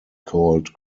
called